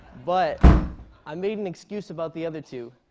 but i made an excuse about the other two,